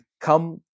come